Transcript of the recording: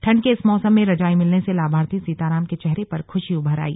ठंड के इस मौसम में रजाई मिलने से लाभार्थी सीताराम के चेहरे पर खुशी उभर आई